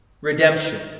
redemption